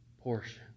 portion